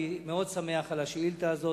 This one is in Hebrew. אני מאוד שמח על השאילתא הזאת.